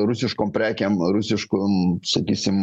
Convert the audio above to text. rusiškom prekėm rusiškom sakysim